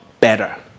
better